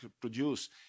produce